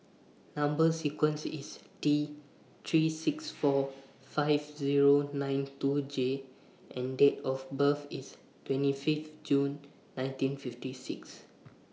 Number sequence IS T three six four five Zero nine two J and Date of birth IS twenty Fifth June nineteen fifty six